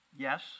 Yes